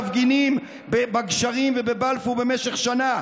מפגינים בגשרים ובבלפור במשך שנה,